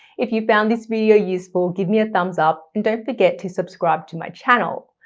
if you found this video useful, give me a thumbs up and don't forget to subscribe to my channel.